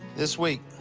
this week.